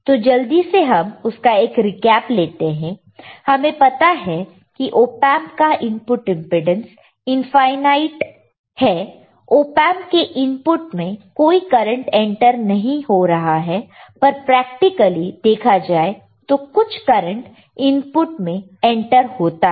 तो जल्दी से हम उसका एक रीकैप लेते हैं हमें पता है कि ओपेंप का इनपुट इंपेडेंस इनफाई नाईट है ओपेंप के इनपुट में कोई करंट एंटर नहीं हो रहा है पर प्रैक्टिकली देखा जाए तो कुछ करंट इनपुट में एंटर होता है